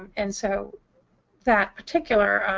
and so that particular